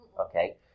okay